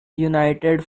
united